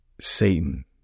Satan